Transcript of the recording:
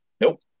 Nope